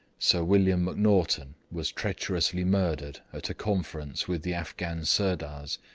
sir william mcnaghten was treacherously murdered at a conference with the afghan sirdars,